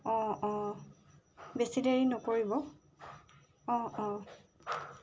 অঁ অঁ বেছি দেৰি নকৰিব অঁ অঁ